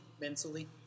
Mentally